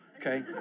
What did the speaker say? okay